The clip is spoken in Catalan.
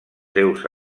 seus